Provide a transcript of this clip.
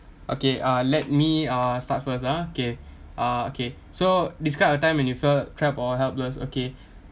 okay uh let me uh start first ah okay uh okay so describe a time when you felt trap or helpless okay